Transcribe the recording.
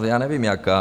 Já nevím jaká.